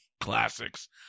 classics